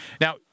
Now